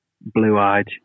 blue-eyed